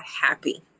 happy